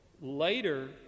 Later